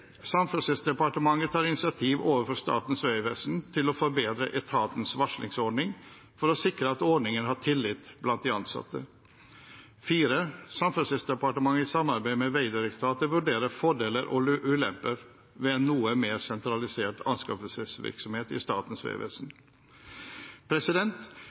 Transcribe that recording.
tar initiativ overfor Statens vegvesen til å forbedre etatens varslingsordning, for å sikre at ordningen har tillit blant de ansatte i samarbeid med Vegdirektoratet vurderer fordeler og ulemper ved en noe mer sentralisert anskaffelsesvirksomhet i Statens vegvesen